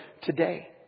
today